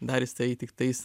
dar jisai tai tiktais